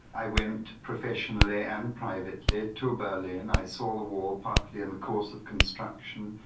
i went professionally and privately to berlin. and i saw the wall partly in the course of construction.